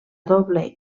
doble